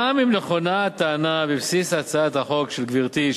גם אם נכונה הטענה שבבסיס הצעת החוק של גברתי,